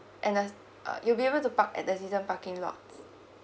and uh you'll be able to park at the season parking lot